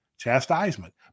chastisement